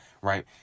right